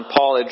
Paul